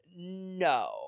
no